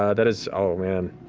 ah that is, oh man.